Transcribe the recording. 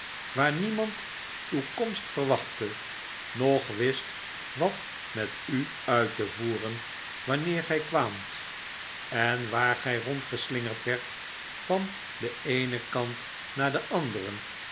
waar niemand uw komst verwachtte noch wist wat met u uit te voeren wanneer gy kwaamt en waar gy rondgeslingerd werd van den eenen kant naar den anderen